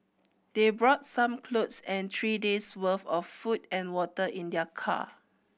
they brought some clothes and three days' worth of food and water in their car